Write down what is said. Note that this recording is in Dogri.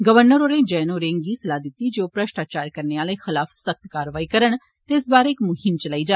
गवर्नर होरें जैन होरें गी सलाह दित्ती जे ओह् भ्रष्टाचार करने आह्लें खलाफ सख्त कार्रवाई करन ते इस बारे इक मुहिम चलाई जा